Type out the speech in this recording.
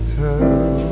tell